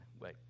Wait